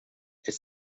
elle